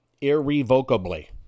irrevocably